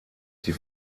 die